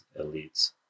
elites